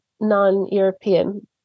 non-European